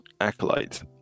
Acolyte